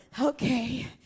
Okay